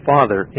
Father